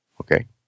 Okay